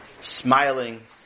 smiling